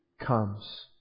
comes